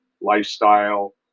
lifestyle